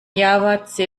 java